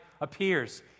appears